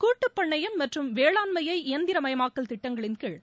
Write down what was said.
கூட்டுப் பண்ணையம் மற்றும் வேளாண்மையை இயந்திர மயமாக்கல் திட்டங்களின் கீழ்